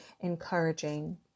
encouraging